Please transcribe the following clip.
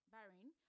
Bahrain